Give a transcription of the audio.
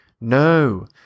No